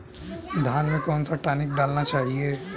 धान में कौन सा टॉनिक डालना चाहिए?